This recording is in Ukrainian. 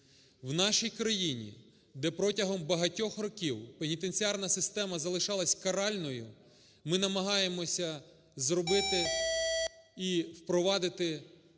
У нашій країні, де протягом багатьох років пенітенціарна система залишалась каральною, ми намагаємося зробити і впровадити